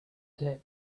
date